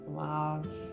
love